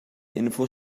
info